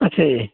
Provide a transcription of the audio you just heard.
ਅੱਛਾ ਜੀ